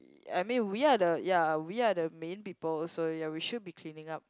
I mean we are the ya we are the main people so ya we should be cleaning up